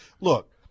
Look